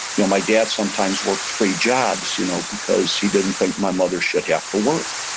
you know my dad sometimes worked three jobs you know because he didn't think my mother should have to work.